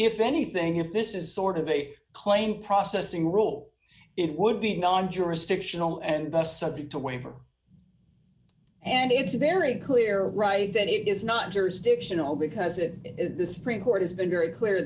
if anything if this is sort of a claim processing rule it would be non jurisdictional and thus subject to waiver and it's very clear right that it is not jurisdictional because it is the supreme court has been very clear